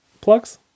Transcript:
Plugs